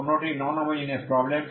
অন্যটি non homogeneous problem